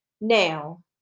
Now